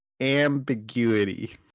ambiguity